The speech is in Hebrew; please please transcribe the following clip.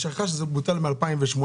היא שכחה שזה בוטל ב-2018.